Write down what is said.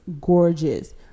gorgeous